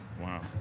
Wow